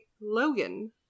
Logan